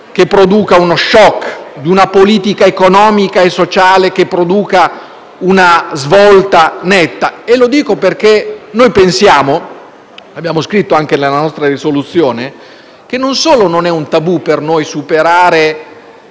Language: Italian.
che produca uno *shock,* di una politica economica e sociale che produca una svolta netta. Lo dico perché noi pensiamo (e lo abbiamo scritto anche nella nostra proposta di risoluzione) che non solo per noi non è un tabù superare